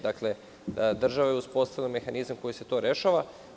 Dakle, država je uspostavila mehanizam kojim se to rešava.